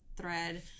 thread